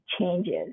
changes